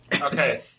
Okay